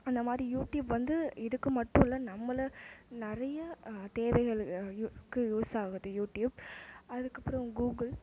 அந்த மாதிரி யூடியூப் வந்து இதுக்கு மட்டும் இல்லை நம்மளை நிறைய தேவைகள் ளுக்கு யூஸ் ஆகுது யூடியூப் அதுக்கப்புறம் கூகுள்